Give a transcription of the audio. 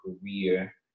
career